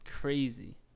crazy